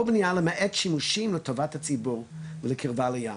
בנייה למעט שימושים לטובת הציבור ולקרבה לים.